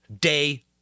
day